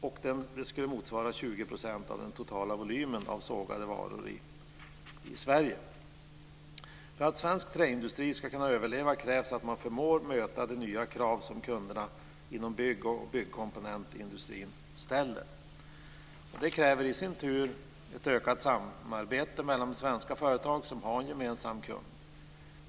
Det skulle motsvara 20 % För att svensk träindustri ska kunna överleva krävs att man förmår möta de nya krav som kunderna inom bygg och byggkomponentindustrin ställer. Det kräver i sin tur ett ökat samarbete mellan de svenska företag som har en gemensam kund.